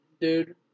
dude